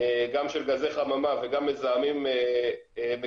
גם של גזי חממה וגם מזהמים מקומיים,